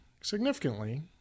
significantly